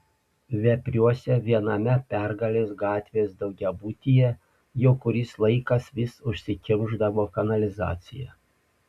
vepriuose viename pergalės gatvės daugiabutyje jau kuris laikas vis užsikimšdavo kanalizacija